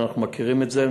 אנחנו מכירים את זה,